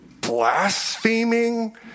blaspheming